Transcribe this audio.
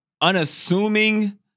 unassuming